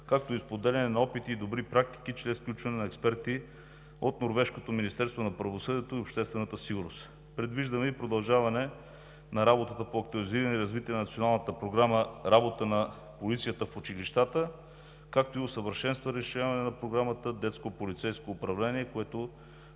както и споделяне на опит и добри практики чрез включване на експерти от Норвежкото министерство на правосъдието и обществената сигурност. Предвиждаме и продължаване на работата по актуализиране и развитие на Националната програма „Работа на полицията в училищата“, както и усъвършенстване и разширяване на Програмата „Детско полицейско управление“, което